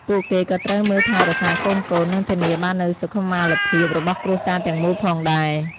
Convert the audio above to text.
ពួកគេក៏ត្រូវមើលថែរក្សាកូនៗ និងធានាបាននូវសុខុមាលភាពរបស់គ្រួសារទាំងមូលផងដែរ។